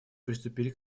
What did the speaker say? приступили